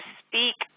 speak